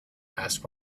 asked